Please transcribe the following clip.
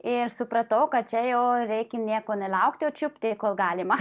ir supratau kad čia jau reikia nieko nelaukti o čiupti kol galima